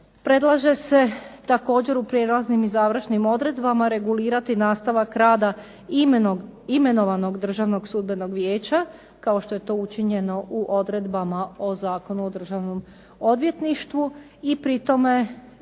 Predlaže se također u prijelaznim i završnim odredbama regulirati nastavak rada imenovanog Državnog sudbenog vijeća kao što je to učinjeno u odredbama o Zakonu o Državnom odvjetništvu i pri tome